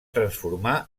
transformar